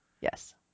Yes